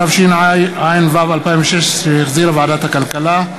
התשע"ו 2016, שהחזירה ועדת הכלכלה,